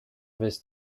bhfios